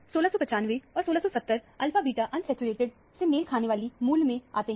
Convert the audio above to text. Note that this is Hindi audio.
और 1695 और 1670 अल्फा बीटा अनसैचुरेटेड से मेल खाने वाली मूल्य में आते हैं